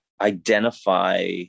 identify